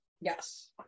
yes